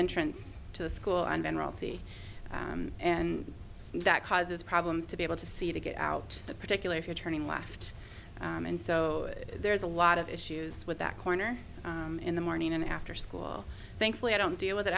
entrance to the school and then royalty and that causes problems to be able to see to get out that particular if you're turning left and so there's a lot of issues with that corner in the morning and after school thankfully i don't deal with it